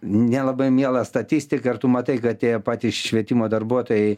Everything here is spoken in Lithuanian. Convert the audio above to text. nelabai mielą statistiką ir tu matai kad tie patys švietimo darbuotojai